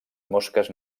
mosques